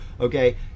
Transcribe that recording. okay